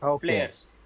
players